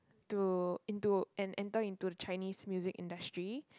to into and enter into the Chinese music industry